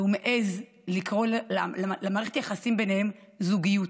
והוא מעז לקרוא למערכת היחסים ביניהם זוגיות.